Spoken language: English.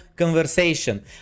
conversation